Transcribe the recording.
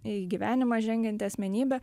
į gyvenimą žengianti asmenybė